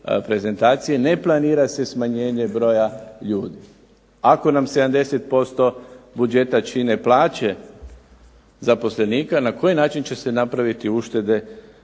prezentacije ne planira se smanjenje broja ljudi. Ako nam 70% budžeta čine plaće zaposlenika na koji način će se napraviti uštede